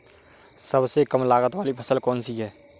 सबसे कम लागत वाली फसल कौन सी है?